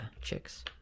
chicks